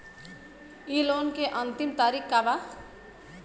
इ लोन के अन्तिम तारीख का बा?